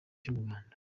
cy’umuganda